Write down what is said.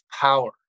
power